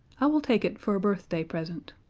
i will take it for a birthday present.